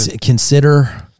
consider